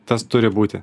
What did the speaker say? tas turi būti